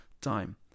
time